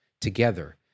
together